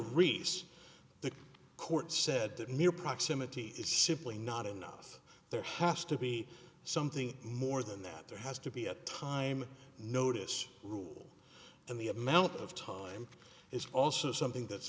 recess the court said that mere proximity is simply not enough there has to be something more than that there has to be a time notice rule and the amount of time is also something that's